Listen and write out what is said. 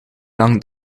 lang